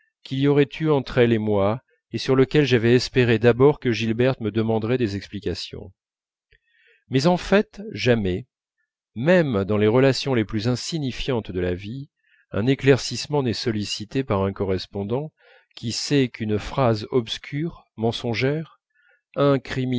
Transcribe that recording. y aurait eu entre elle et moi et sur lequel j'avais espéré d'abord que gilberte me demanderait des explications mais en fait même dans les relations les plus insignifiantes de la vie un éclaircissement n'est sollicité par un correspondant qui sait qu'une phrase obscure mensongère